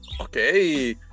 Okay